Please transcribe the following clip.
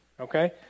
Okay